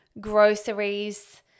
groceries